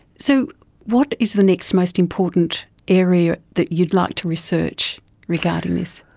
so what is the next most important area that you'd like to research regarding this?